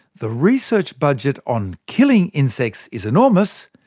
the research budget on killing insect is enormous.